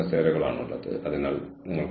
തുടർന്ന് B brand അത് പിന്തുടർന്നു